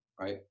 right